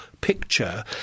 picture